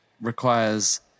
requires